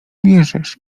bierzesz